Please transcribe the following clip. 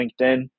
LinkedIn